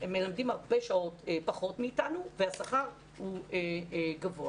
הם מלמדים הרבה שעות פחות מאיתנו והשכר הוא גבוה.